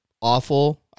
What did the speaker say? awful